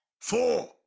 four